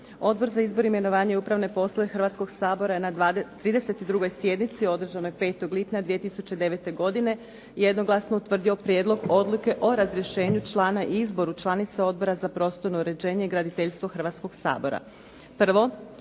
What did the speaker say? Odbor za izbor, imenovanja i upravne poslove Hrvatskog sabora je na 32. sjednici održanoj 5. lipnja 2009. godine jednoglasno utvrdio prijedlog odluke o razrješenju člana i izboru članica Odbora za prostorno uređenje i graditeljstvo Hrvatskog sabora.